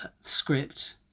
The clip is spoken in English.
script